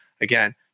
Again